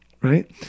right